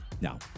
Now